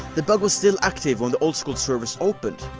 the bug was still active when the oldschool servers opened.